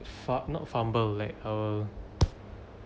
far~ not fumble like I will